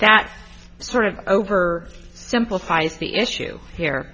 that's sort of over simplifies the issue here